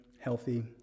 healthy